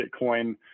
bitcoin